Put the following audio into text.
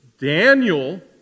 Daniel